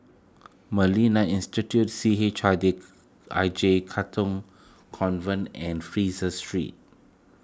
Institute C H I I J Katong Convent and Fraser Street